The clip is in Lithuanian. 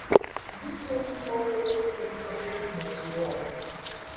jis jaučiu mauzoliejuj juokais netrivoja